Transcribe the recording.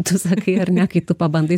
tu sakai ar ne kai tu pabandai